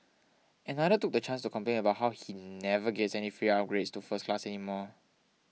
another took the chance to complain about how he never gets any free upgrades to first class anymore